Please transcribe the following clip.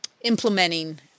implementing